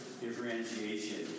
differentiation